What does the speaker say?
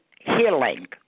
healing